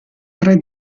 tre